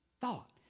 thought